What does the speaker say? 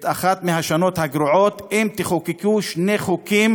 כאחת מהשנים הגרועות אם תחוקקו שני חוקים